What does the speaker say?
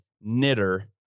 knitter